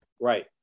right